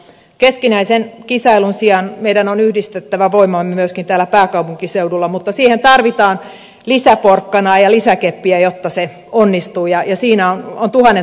keskinäisen kisailun sijaan meidän on yhdistettävä voimamme myöskin täällä pääkaupunkiseudulla mutta siihen tarvitaan lisäporkkanaa ja lisäkeppiä jotta se onnistuu ja siinä on tuhannen taalan paikka valtiovallalla